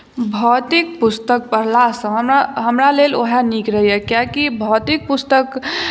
भौतिक पुस्तक पढ़लासँ हमरा हमरा लेल उएह नीक रहैए कियाकि भौतिक पुस्तक